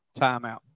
Timeout